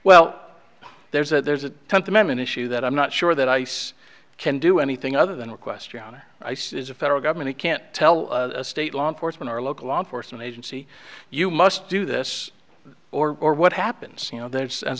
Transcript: well there's a tenth amendment issue that i'm not sure that ice can do anything other than request yana ice is a federal government it can't tell state law enforcement or local law enforcement agency you must do this or or what happens you know there's as